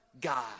God